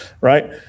right